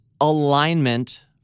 alignment